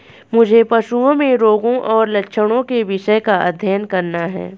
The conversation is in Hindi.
मुझे पशुओं में रोगों और लक्षणों के विषय का अध्ययन करना है